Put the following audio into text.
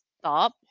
stop